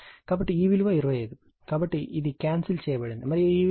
కాబట్టి ఈ విలువ 25 కాబట్టి ఇది క్యాన్సిల్ చేయబడింది మరియు ఈ విలువ 2